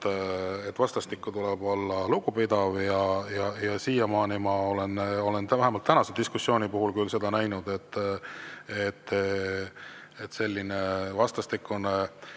et vastastikku tuleb olla lugupidav. Ja siiamaani ma olen vähemalt tänase diskussiooni puhul küll näinud, et selline vastastikune